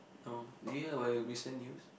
no did you hear about the recent news